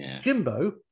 Jimbo